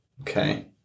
Okay